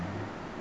hmm